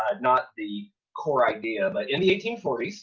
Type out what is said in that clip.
ah not the core idea. but in the eighteen forty s,